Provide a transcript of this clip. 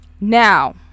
Now